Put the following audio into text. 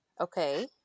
Okay